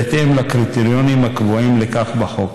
בהתאם לקריטריונים הקבועים לכך בחוק.